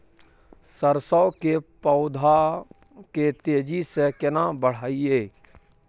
सरसो के पौधा के तेजी से केना बढईये?